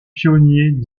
pionnier